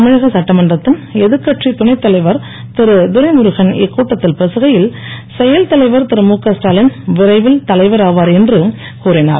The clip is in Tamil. தமிழக சட்டமன்றத்தின் எதிர்கட்சித் துணைத்தலைவர் திருதுரை முருகன் இக்கூட்டத்தில் பேசுகையில் செயல்தலைவர் திருமுகஸ்டாலின் விரைவில் தலைவர் ஆவார் என்று கூறிஞர்